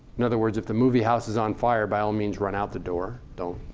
in other words, if the movie house is on fire, by all means run out the door. don't